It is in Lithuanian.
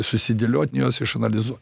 susidėliot juos išanalizuot